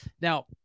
now